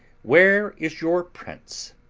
where is your prince?